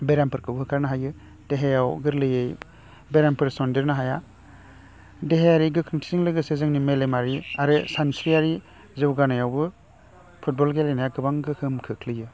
बेरामफोरखौ होखारनो हायो देहायाव गोरलैयै बेरामफोर सनदेरनो हाया देहायारि गोख्रोंथिजों लोगोसे जोंनि मेलेमारि आरो सानस्रियारि जौगानायावबो फुटबल गेलेनाया गोबां गोहोम खोख्लैयो